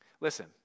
Listen